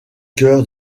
cœur